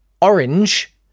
orange